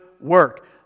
work